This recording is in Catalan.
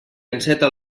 enceta